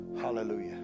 Hallelujah